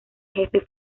jefe